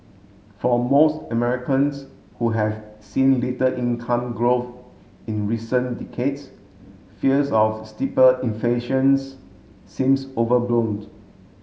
for most Americans who have seen little income growth in recent decades fears of steeper inflations seems over bloomed